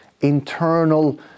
internal